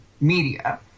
media